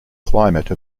climate